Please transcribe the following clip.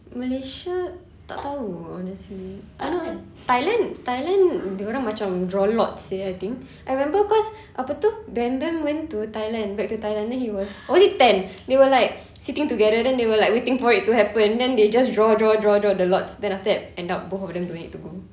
malaysia tak tahu honestly tak ada ah thailand thailand dia orang macam draw lots sia I think I remember cause apa itu bam bam went to thailand back to thailand then he was or was it ten they were like sitting together then they were like waiting for it to happen then they just draw draw draw draw the lots then after that end up both of them don't need to go